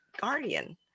guardian